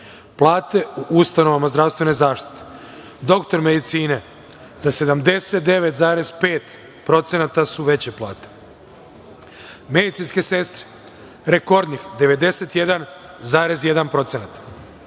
u ustanovama zdravstvene zaštite: doktor medicine za 79,5% su veće plate, medicinske sestre, rekordnih 91,1%,